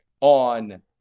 on